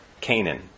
Canaan